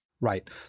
Right